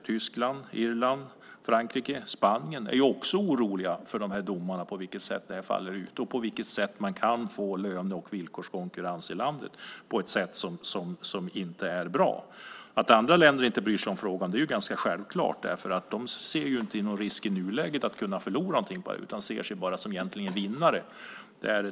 Tyskland, Irland, Frankrike, Spanien är också oroliga för de här domarna, för hur det här faller ut och för att man kan få löne och villkorskonkurrens i landet på ett sätt som inte är bra. Att andra länder inte bryr sig om frågan är ganska självklart. De ser ju inte någon risk i nuläget att förlora någonting på det här, utan de ser sig egentligen bara som vinnare.